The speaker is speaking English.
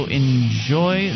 enjoy